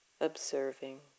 observing